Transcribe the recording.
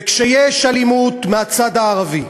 וכשיש אלימות מהצד הערבי,